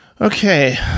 Okay